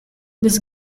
this